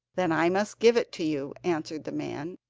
then i must give it to you answered the man,